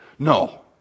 No